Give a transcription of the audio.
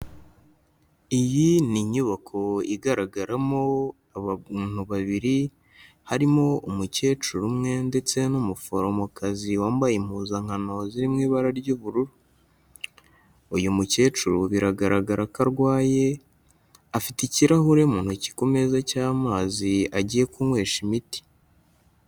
Iyi ni inyubako igaragaramo abamama babiri, harimo umukecuru umwe ndetse n'umuforomokazi wambaye impuzankano ziri mu ibara ry'ubururu, uyu mukecuru biragaragara ko arwaye afite ikirahure mu ntoki ku meza cy'amazi agiye kunywesha imiti.